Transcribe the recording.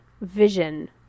vision